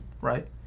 right